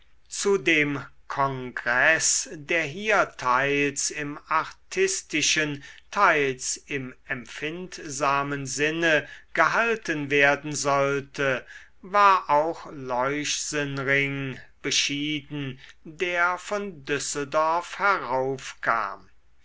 zu dem kongreß der hier teils im artistischen teils im empfindsamen sinne gehalten werden sollte war auch leuchsenring beschieden der von düsseldorf heraufkam